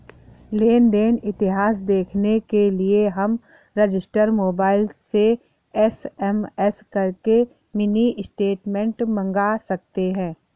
लेन देन इतिहास देखने के लिए हम रजिस्टर मोबाइल से एस.एम.एस करके मिनी स्टेटमेंट मंगा सकते है